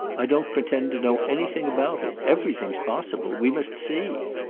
i don't pretend to know anything about it. everything's possible. we must see.